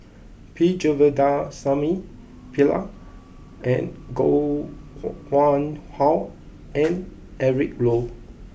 P Govindasamy Pillai and Koh Nguang How and Eric Low